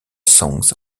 songs